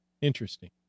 interesting